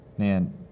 Man